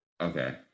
Okay